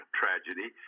tragedy